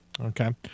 Okay